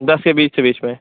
दस से बीस के बीच में